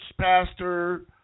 pastor